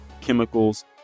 chemicals